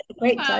Great